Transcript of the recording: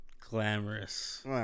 Glamorous